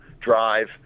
drive